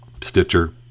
Stitcher